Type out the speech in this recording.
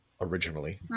originally